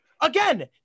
Again